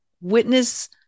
witness